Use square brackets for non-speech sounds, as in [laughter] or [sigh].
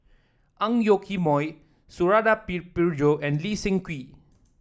Ang Yoke Mooi Suradi [unintelligible] Parjo and Lee Seng Wee